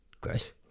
gross